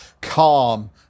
calm